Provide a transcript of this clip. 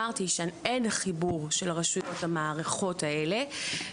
ולכן חידדתי ואמרתי שאין חיבור של הרשויות למערכות האלה,